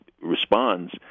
responds